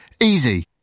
Easy